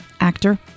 actor